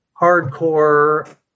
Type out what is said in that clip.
hardcore